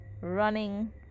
running